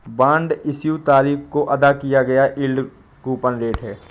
bond issue तारीख को अदा किया गया यील्ड कूपन रेट है